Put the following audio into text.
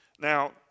Now